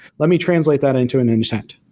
let me translate that into an intent.